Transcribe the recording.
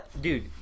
dude